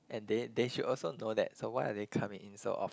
and they they should also know that so why are they coming in so of